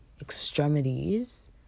extremities